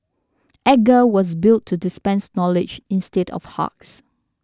Edgar was built to dispense knowledge instead of hugs